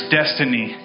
destiny